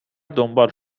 دنبال